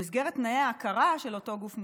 במסגרת תנאי ההכרה של אותו גוף מוכר,